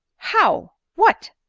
how! what!